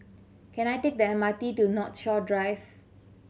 can I take the M R T to Northshore Drive